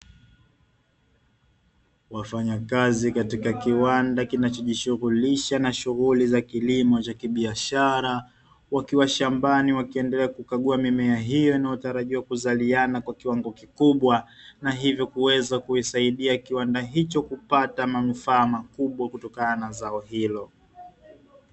Wafanyakazi katika kiwanda kinachojishughulisha na shughuli za kilimo cha kibiashara wakiwa shambani wakiendelea kukagua mimea hiyo inayotarajiwa kuzaliana kwa kiwango kikubwa, na hivyo kuweza kuisaidia kiwanda hicho kupata manufaa makubwa kutokana na zao hilo.